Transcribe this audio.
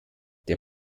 der